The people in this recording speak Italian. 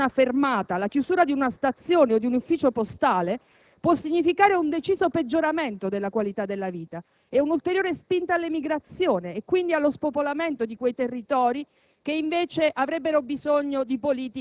Ma per una piccola comunità la soppressione di una fermata, la chiusura di una stazione o di un ufficio postale può significare un deciso peggioramento della qualità della vita e un'ulteriore spinta all'emigrazione e quindi allo spopolamento di quei territori,